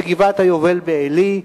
בגבעת-היובל בעלי,